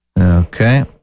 Okay